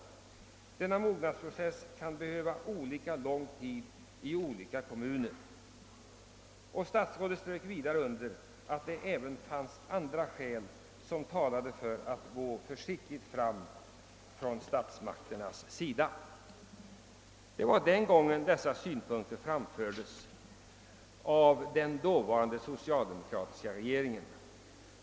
Denna mognadspro .cess kan behöva olika lång tid i olika kommuner.» Statsrådet underströk vidare att det även fanns andra skäl som talade för att statsmakterna borde gå försiktigt fram. År 1962 framfördes alltså dessa synpunkter av den dåvarande socialdemokratiska regeringen.